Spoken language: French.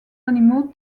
animaux